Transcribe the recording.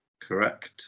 Correct